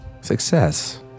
success